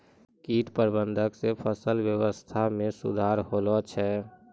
कीट प्रबंधक से फसल वेवस्था मे सुधार होलो छै